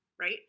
right